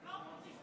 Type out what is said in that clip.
הוא רוצה לשמוע.